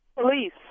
Police